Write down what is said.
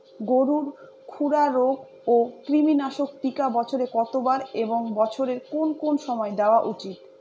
গরুর খুরা রোগ ও কৃমিনাশক টিকা বছরে কতবার এবং বছরের কোন কোন সময় দেওয়া উচিৎ?